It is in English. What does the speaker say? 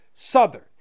Southern